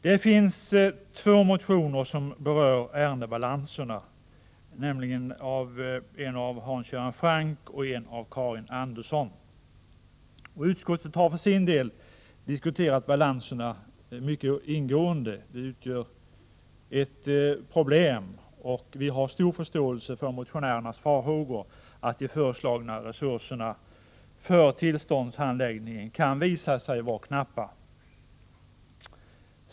Det finns två motioner som berör ärendebalanserna, nämligen en av Hans Göran Franck och en av Karin Andersson. Utskottet har för sin del diskuterat balanserna mycket ingående. De utgör ett problem, och vi har stor förståelse för motionärernas farhågor att de föreslagna resurserna för tillståndshandläggningen kan visa sig vara knappa.